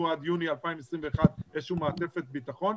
עד יוני 2021 איזה שהיא מעטפת ביטחון,